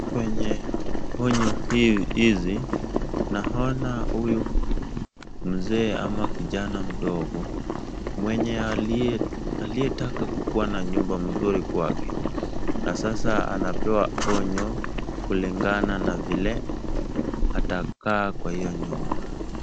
Kwenye onyo hizi, naona huyu mzee ama kijana mdogo mwenye aliyetaka kukuwa na nyumba mzuri kwake na sasa anapewa onyo kulingana na vile atakaa kwa hiyo nyumba.